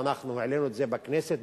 ואנחנו העלינו את זה בכנסת,